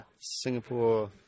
Singapore